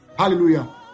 Hallelujah